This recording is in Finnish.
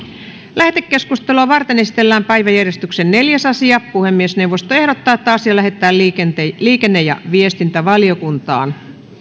lähetekeskustelua varten esitellään päiväjärjestyksen neljäs asia puhemiesneuvosto ehdottaa että asia lähetetään liikenne ja viestintävaliokuntaan